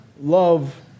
love